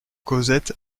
cosette